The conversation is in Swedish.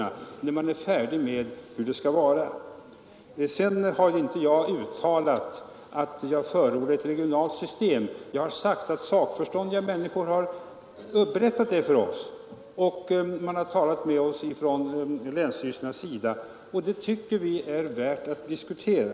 Jag har inte uttalat att jag förordar ett regionalt system. Jag har sagt att det centrala systemet har kritiserats av sakkunniga personer. Man har vidare talat med oss från länsstyrelserna, och vi tycker att en integrering med detta system är värd att diskutera.